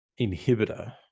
inhibitor